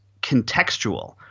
contextual